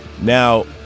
now